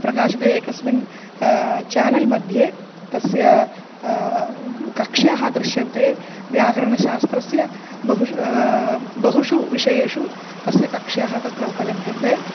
प्रकाशिते एकस्मिन् चानल् मध्ये तस्य कक्ष्याः दृश्यन्ते व्याकरणशास्त्रस्य बहुषु बहुषु विषयेषु तस्य कक्ष्याः तत्र उपलभ्यन्ते